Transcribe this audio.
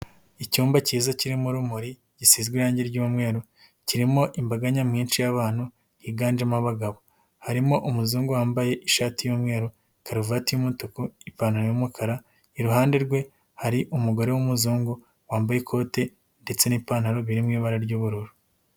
Icyumba kiza kirimo urumuri gisizwe irangi ry'umweru kirimo imbaga nyamwinshi y'abantu higanjemo abagabo. Harimo umuzungu wambaye ishati y'umweru karuvati y'umutuku ipantaro y'umukara, iruhande rwe hari umugore w'umuzungu wambaye ikote ndetse n'ipantaro biri mu ibara ry'ubururu.